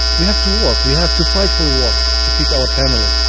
we have to work, we have to fight for work to feed our family